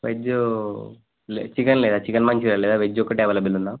veg chicken లేదా chicken manchuria లేదా veg ఒకటి అవైలబుల్ ఉందా